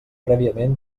prèviament